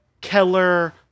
Keller